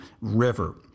River